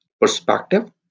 perspective